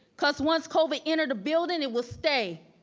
cause once covid enter the building, it will stay.